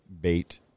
Bait